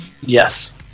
Yes